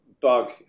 bug